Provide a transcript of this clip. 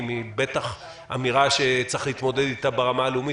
היא בטח אמירה שצריך להתמודד איתה ברמה הלאומית.